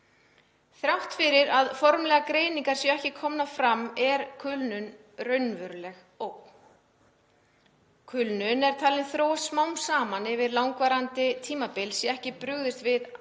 Þrátt fyrir að formlegri greiningar séu ekki komnar fram er kulnun raunveruleg ógn. Kulnun er talin þróast smám saman yfir langvarandi tímabil sé ekki brugðist við